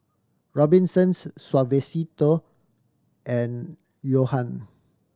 Robinsons Suavecito and Johan